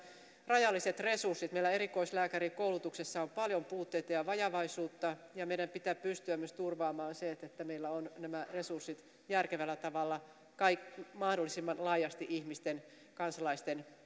rajalliset resurssit meillä erikoislääkärien koulutuksessa on paljon puutteita ja vajavaisuutta ja meidän pitää pystyä myös turvaamaan se että nämä resurssit ovat kaikki järkevällä tavalla ja mahdollisimman laajasti ihmisten kansalaisten